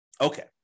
Okay